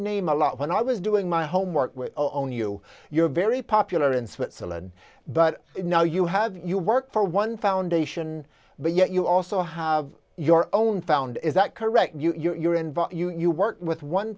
name a lot when i was doing my homework with only you you're very popular in switzerland but now you have you work for one foundation but yet you also have your own found is that correct you're invite you you work with one